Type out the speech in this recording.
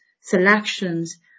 selections